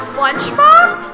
lunchbox